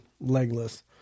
legless